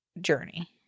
journey